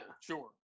sure